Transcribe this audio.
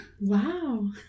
Wow